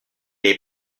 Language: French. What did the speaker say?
est